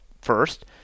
first